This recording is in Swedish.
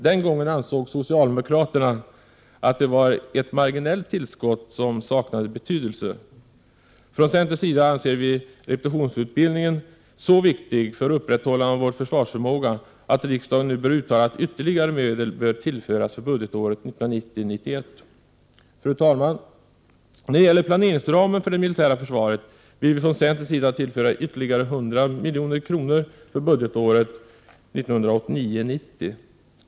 Den gången ansåg socialdemokraterna att det var ett marginalt tillskott, som saknade betydelse. Från centerns sida anser vi repetitionsutbildningen så viktig för upprätthållande av vår försvarsförmåga att riksdagen nu bör uttala att ytterligare medel bör tillföras för budgetåret 1990 90.